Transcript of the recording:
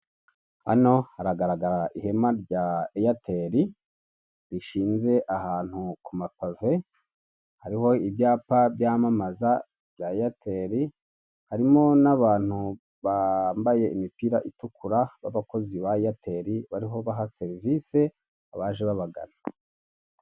Hano haragaragara ihema rya eyateri rishinze ahantu ku mapave hariho ibyapa byamamaza bya eyateri harimo n'abantu bambaye imipira itukura b'abakozi ba eyateri bariho baha serivise abaje babagana.